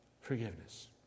forgiveness